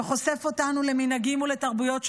שחושף אותנו למנהגים ולתרבויות שונות.